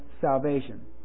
salvation